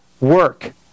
work